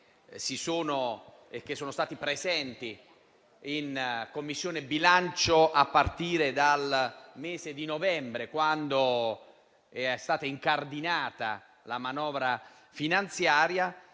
che sono stati presenti in Commissione bilancio a partire dal mese di novembre (credo dal 7 novembre), quando è stata incardinata la manovra finanziaria.